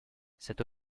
cette